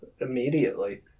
Immediately